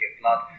blood